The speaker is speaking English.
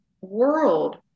world